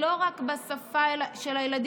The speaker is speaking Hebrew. כבוד השר, כבוד השר.